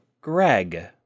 Greg